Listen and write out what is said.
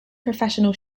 professional